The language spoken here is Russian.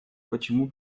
почему